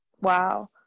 Wow